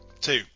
two